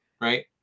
right